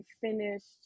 finished